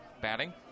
batting